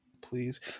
please